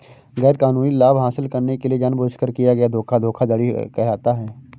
गैरकानूनी लाभ हासिल करने के लिए जानबूझकर किया गया धोखा धोखाधड़ी कहलाता है